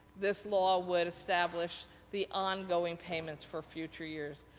this law would establish the ongoing payments for future years.